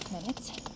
minutes